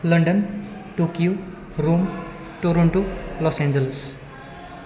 London Tokyo Rome Toronto Los Angeles